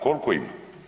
Koliko ih je?